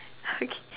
okay